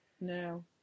No